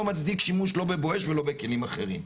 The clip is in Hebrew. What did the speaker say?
מצדיק שימוש לא ב"בואש" ולא בכלים אחרים.